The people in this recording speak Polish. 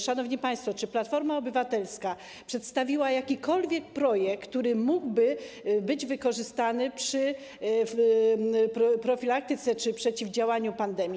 Szanowni państwo, czy Platforma Obywatelska przedstawiła jakikolwiek projekt, który mógłby być wykorzystany przy profilaktyce czy przeciwdziałaniu pandemii?